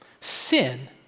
Sin